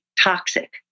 toxic